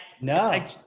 no